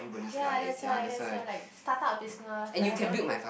ya that's why that's why like start of business like having own business